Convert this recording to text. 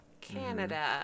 Canada